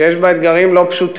שיש בה אתגרים לא פשוטים,